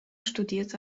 studierte